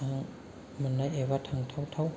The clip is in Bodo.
मोननाय एबा थांथाव थाव